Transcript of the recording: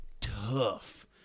tough